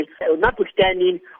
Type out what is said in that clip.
notwithstanding